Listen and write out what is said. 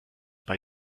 bei